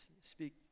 speak